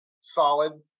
solid